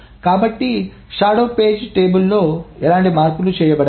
కాబట్టి shadow page పట్టికలో ఎలాంటి మార్పులు చేయబడలేదు